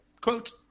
quote